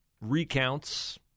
recounts